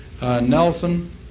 Nelson